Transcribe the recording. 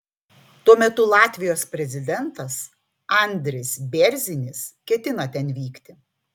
tuo metu latvijos prezidentas andris bėrzinis ketina ten vykti